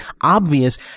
obvious